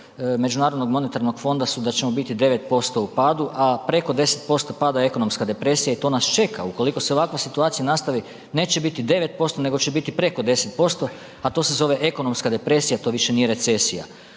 već prognoze MMF-a su da ćemo biti 9% u padu, a preko 10% pada ekonomska depresija i to nas čeka. Ukoliko se ovakva situacija nastavi neće biti 9% nego će biti preko 10%, a to se zove ekonomska depresija to više nije recesija.